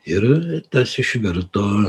ir tas išvirto